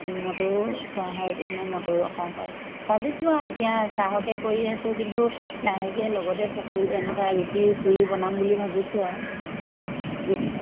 মটৰো থোৱা হয় কিছুমান মটৰো ৰখা হয় ভাবিছোঁ আৰু এতিয়া চাহকে কৰি আছোঁ কিন্তু লাহেকৈ লগতে পকৰি তেনেকুৱা ৰুটি পুৰি বনাম বুলি ভাবিছোঁ আৰু যিহেতু